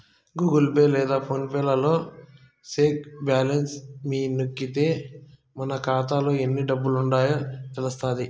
Google Pay లేదా PhonePe లలో check balance మీద నొక్కితే మన కాతాలో ఎన్ని డబ్బులుండాయో తెలస్తాది